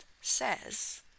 says